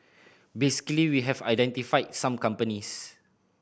basically we have identified some companies